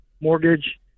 mortgage